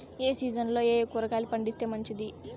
ఏ సీజన్లలో ఏయే కూరగాయలు పండిస్తే మంచిది